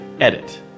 edit